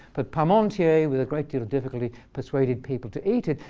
but parmantier, with a great deal of difficulty, persuaded people to eat it.